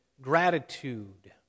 gratitude